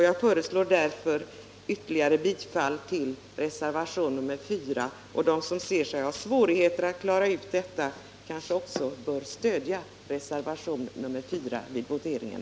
Jag yrkar därför bifall till reservation nr 4. De som ser sig ha svårigheter att klara ut detta problem kanske också bör stödja reservation nr 4 vid voteringen.